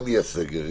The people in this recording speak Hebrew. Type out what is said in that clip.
גם יהיה סגר.